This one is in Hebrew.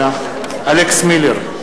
אלכס מילר,